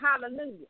Hallelujah